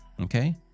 okay